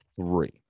three